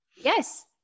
Yes